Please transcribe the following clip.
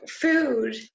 food